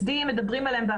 מדברים עליהם ב-Complex PTSD,